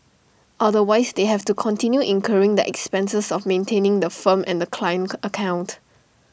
otherwise they have to continue incurring the expenses of maintaining the firm and the client account